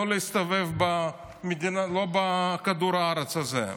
לא להסתובב בכדור הארץ הזה.